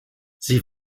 sie